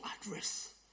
address